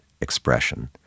expression